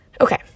Okay